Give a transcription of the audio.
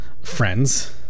friends